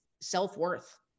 self-worth